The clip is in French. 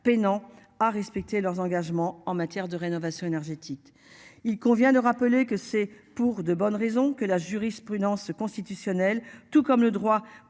peinant à respecter leurs engagements en matière de rénovation énergétique. Il convient de rappeler que c'est pour de bonnes raisons que la jurisprudence constitutionnelle tout comme le droit